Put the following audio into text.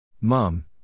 Mom